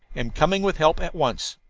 am coming with help at once.